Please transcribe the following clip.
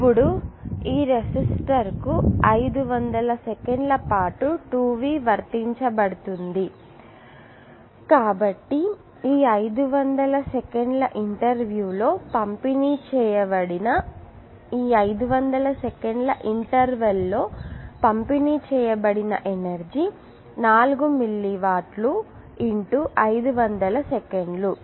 ఇప్పుడు ఈ రెసిస్టర్కు 500 సెకన్ల పాటు 2v వర్తింపబడుతుంది కాబట్టి ఈ 500 సెకన్ల ఇంటర్వెల్ లో పంపిణీ చేయబడిన ఎనర్జీ 4 మిల్లీ వాట్లు 500 సెకన్లు